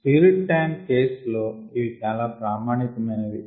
stirred tank case లో ఇవి చాలా ప్రామాణికమైనవి